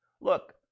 Look